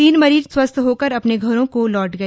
तीन मरीज स्वस्थ होकर अपने घरों को लौट गए